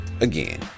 again